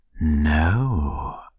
No